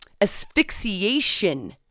asphyxiation